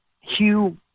Hugh